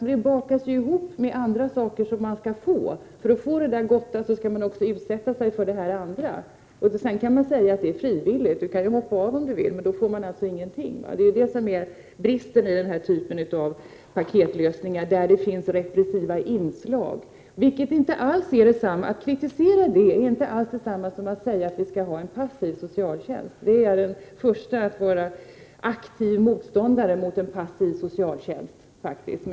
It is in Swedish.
Den bakas ihop med andra saker, som man skall få. För att få det goda, skall man utsätta sig för det där andra. Sedan kan man säga att det är frivilligt: Du kan hoppa av om du vill. Men den som gör det får ingenting. Det är det som är bristen i denna typ av paketlösningar, att det finns repressiva inslag. Att kritisera detta är inte alls detsamma som att säga att vi skall ha en passiv socialtjänst. Jag är den första att vara aktiv motståndare mot en passiv socialtjänst.